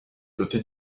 dotée